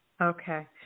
Okay